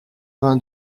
vingt